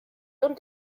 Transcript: und